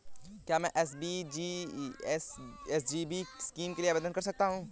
क्या मैं SGB scheme के लिए आवेदन कर सकता हूँ?